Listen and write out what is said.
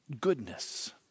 goodness